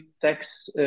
sex